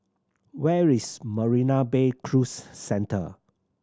where is Marina Bay Cruise Centre